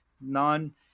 none